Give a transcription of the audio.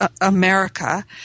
America